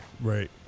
Right